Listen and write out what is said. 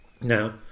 Now